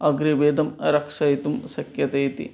अग्रे वेदं रक्षयितुं शक्यते इति